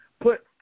put